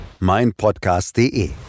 meinpodcast.de